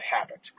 habit